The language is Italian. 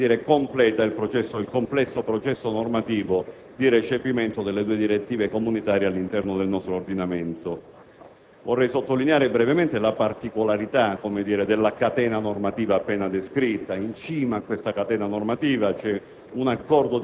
che completa il complesso processo normativo di recepimento delle due direttive comunitarie all'interno del nostro ordinamento. Vorrei sottolineare brevemente la particolarità della catena normativa appena descritta; in cima a questa catena normativa c'è